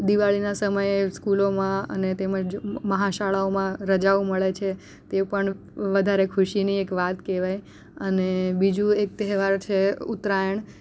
દિવાળીના સમયે સ્કૂલોમાં અને તેમજ મહાશાળાઓમાં રજાઓ મળે છે તે પણ વધારે ખુશીની એક વાત કહેવાય અને બીજું એક તહેવાર છે ઉત્તરાયણ